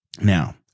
Now